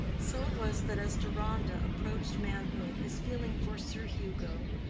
so it was that as deronda approached manhood his feeling for sir hugo,